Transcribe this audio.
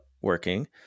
working